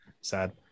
Sad